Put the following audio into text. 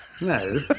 No